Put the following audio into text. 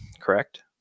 correct